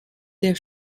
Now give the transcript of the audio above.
der